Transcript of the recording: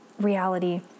reality